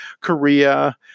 Korea